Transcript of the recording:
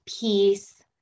peace